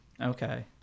Okay